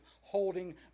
holding